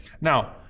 Now